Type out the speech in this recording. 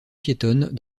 piétonne